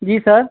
जी sir